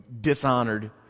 dishonored